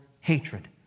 hatred